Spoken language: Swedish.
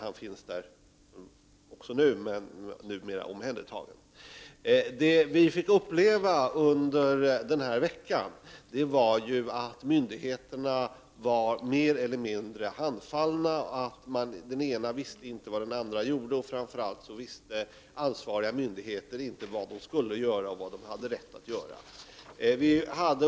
Han finns här fortfarande men är numera omhändertagen, Vi fick uppleva under denna vecka att myndigheterna var mer eller mindre handfallna. Den ena visste inte vad den andra gjorde, och framför allt visste ansvariga myndigheter inte vad de skulle göra och vad de hade rätt att göra.